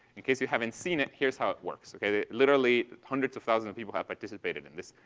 in case you haven't seen it, here's how it works. okay? literally hundreds of thousands of people have participated in this.